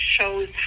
shows